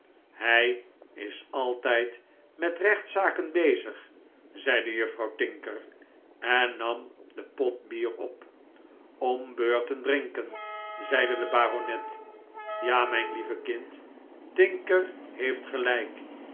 hij is altijd met rechtszaken bezig zeide juffrouw tinker en nam den pot bier op om beurten drinken zeide de baronet ja mijn lieve kind tinker heeft gelijk